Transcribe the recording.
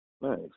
Nice